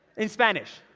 in spanish.